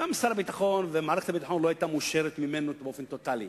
גם שר הביטחון ומערכת הביטחון לא היו מאושרים ממנו באופן טוטלי,